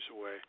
away